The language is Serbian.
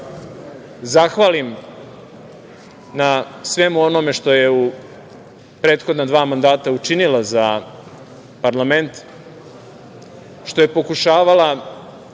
zahvalim na svemu onome što je u prethodna dva mandata učinila za parlament, što je pokušavala